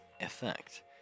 effect